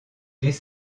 dès